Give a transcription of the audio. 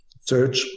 search